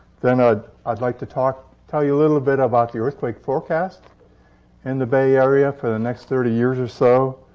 then i'd i'd like to tell you a little bit about the earthquake forecast in the bay area for the next thirty years or so.